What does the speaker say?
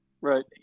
right